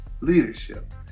leadership